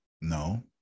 No